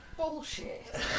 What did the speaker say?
Bullshit